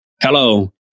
Hello